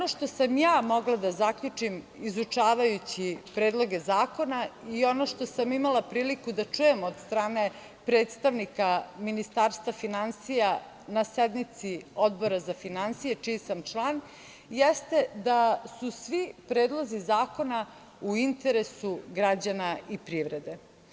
Ono što sam ja mogla da zaključim, izučavajući predloge zakona, i ono što sam imala priliku da čujem od strane predstavnika Ministarstva finansija, na sednici Odbora za finansije, čiji sam član, jeste da su svi predlozi zakona u interesu građana i privrede.